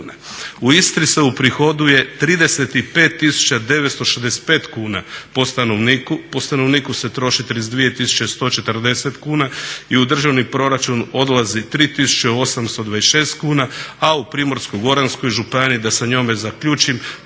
U Istri se uprihoduje 35.965 kuna po stanovniku, po stanovniku se troši 32.140 kuna i u državni proračun odlazi 3.826 kuna, a u Primorsko-goranskoj županiji da sa njome zaključim